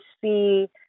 see